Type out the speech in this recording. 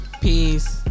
Peace